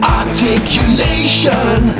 articulation